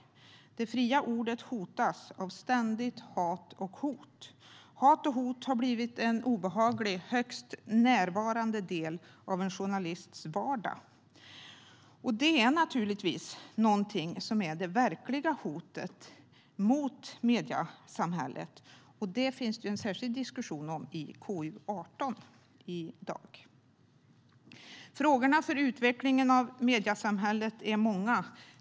Det fria ordet hotas av ständigt hat och ständiga hot. Hat och hot har blivit en obehaglig och högst närvarande del av en journalists vardag, och det är naturligtvis någonting som är det verkliga hotet mot mediesamhället. Det finns det en särskild diskussion om i betänkande KU18, som vi också debatterar i dag.Frågorna när det gäller utvecklingen av mediesamhället är många.